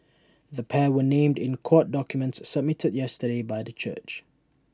the pair were named in court documents submitted yesterday by the church